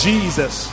Jesus